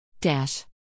Dash